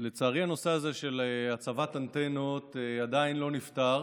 לצערי הנושא הזה של הצבת אנטנות עדיין לא נפתר